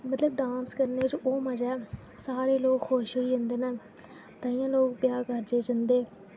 मतलब डांस करने च ओह् मजा सारे लोग खुश होई जन्दे न ताइये लोग ब्याह् कारजे च जन्दे